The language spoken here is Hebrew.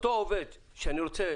אותו עובד שאני רוצה